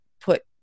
put